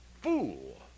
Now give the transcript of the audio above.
Fool